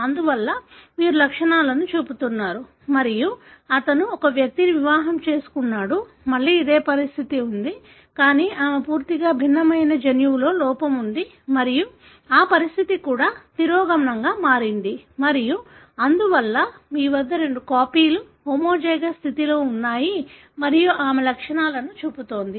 అందువల్ల మీరు లక్షణాలను చూపుతున్నారు మరియు అతను ఒక వ్యక్తిని వివాహం చేసుకున్నాడు మళ్లీ ఇదే పరిస్థితి ఉంది కానీ ఆమెకు పూర్తిగా భిన్నమైన జన్యువులో లోపం ఉంది మరియు ఆ పరిస్థితి కూడా తిరోగమనంగా ఉంది మరియు అందువల్ల మీ వద్ద రెండు కాపీలు హోమోజైగస్ స్థితిలో ఉన్నాయి మరియు ఆమె లక్షణాలను చూపుతోంది